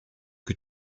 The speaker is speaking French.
que